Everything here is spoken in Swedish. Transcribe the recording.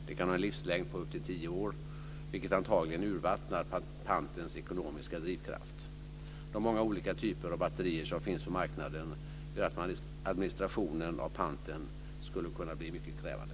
De kan ha en livslängd på upp till tio år, vilket antagligen urvattnar pantens ekonomiska drivkraft. De många olika typer av batterier som finns på marknaden gör att administrationen av panten skulle bli mycket krävande.